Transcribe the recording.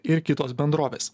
ir kitos bendrovės